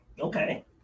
Okay